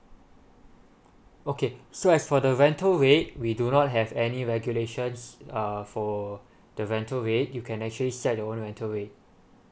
okay so as for the rental rate we do not have any regulations uh for the rental rate you can actually set your own rental rate